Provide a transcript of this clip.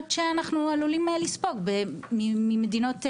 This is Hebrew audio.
שאנחנו עלולים לספוג ממדינות זרות.